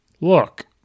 look